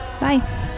Bye